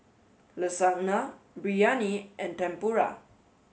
Lasagna Biryani and Tempura